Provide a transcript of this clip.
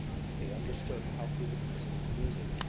they understood how he would miss his music,